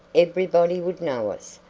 everybody would know us,